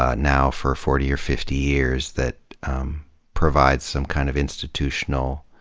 ah now for forty or fifty years, that provides some kind of institutional